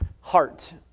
heart